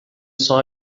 saw